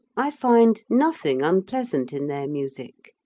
i find nothing unpleasant in their music,